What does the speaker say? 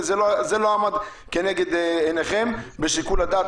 זה לא עמד לנגד עיניכם בשיקול הדעת.